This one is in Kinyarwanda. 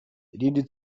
irindi